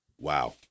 Wow